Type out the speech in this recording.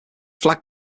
flag